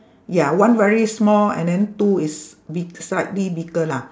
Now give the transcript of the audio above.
ya one very small and then two is big slightly bigger lah